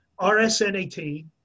rsnat